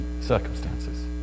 circumstances